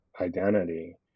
identity